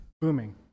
booming